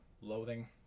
loathing